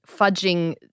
fudging